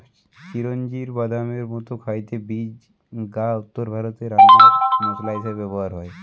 চিরোঞ্জির বাদামের মতো খাইতে বীজ গা উত্তরভারতে রান্নার মসলা হিসাবে ব্যভার হয়